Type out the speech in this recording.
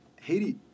Haiti